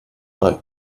bei